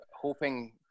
hoping